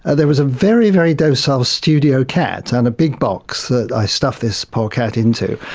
there was a very, very docile studio cat and a big box that i stuffed this poor cat into.